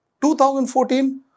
2014